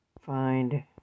Find